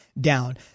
down